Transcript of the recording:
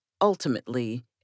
ultimately